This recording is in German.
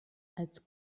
als